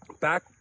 back